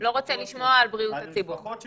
על משפחות שמתרסקות,